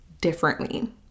differently